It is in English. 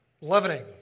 Leavening